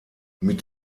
mit